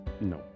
No